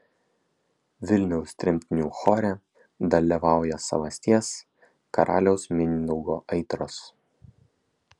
vilniaus tremtinių chore dalyvauja savasties karaliaus mindaugo aitros